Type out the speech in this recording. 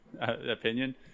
opinion